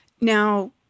Now